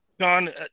John